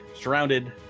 surrounded